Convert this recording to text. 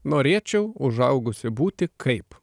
norėčiau užaugusi būti kaip